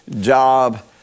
job